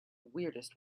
weirdest